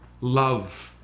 love